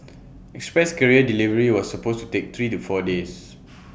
express courier delivery was supposed to take three to four days